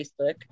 facebook